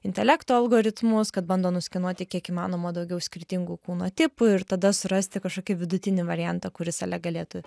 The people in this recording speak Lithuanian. intelekto algoritmus kad bando nuskenuoti kiek įmanoma daugiau skirtingų kūno tipų ir tada surasti kažkokį vidutinį variantą kuris ale galėtų